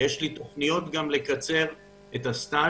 ויש לי תוכניות גם לקצר את הסטאז',